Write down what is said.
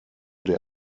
der